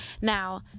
Now